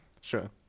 Sure